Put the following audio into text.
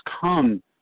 come